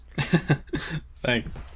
Thanks